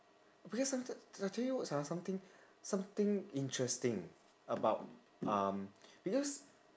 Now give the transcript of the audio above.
because someti~ I tell you ah something something interesting about um because